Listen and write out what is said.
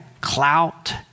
clout